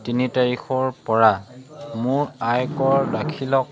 তিনি তাৰিখৰপৰা মোৰ আয়কৰ দাখিলক